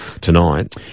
tonight